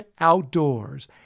outdoors